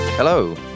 Hello